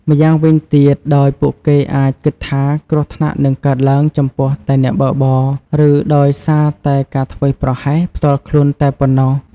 ម្យ៉ាងវិញទៀត ដោយពួកគេអាចគិតថាគ្រោះថ្នាក់នឹងកើតឡើងចំពោះតែអ្នកបើកបរ ឬដោយសារតែការធ្វេសប្រហែសផ្ទាល់ខ្លួនតែប៉ុណ្ណោះ។